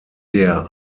der